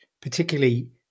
particularly